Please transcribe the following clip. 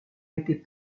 mettez